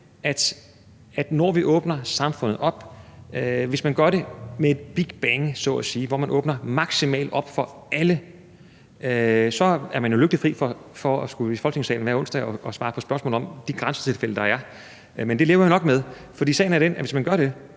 at hvis vi åbner samfundet op med et big bang så at sige, hvor vi åbner maksimalt op for alt – så ville man jo være lykkeligt fri for at skulle i Folketingssalen hver onsdag og svare på spørgsmål om de grænsetilfælde, der er, men det lever jeg nok med – så er der maksimum aktivitet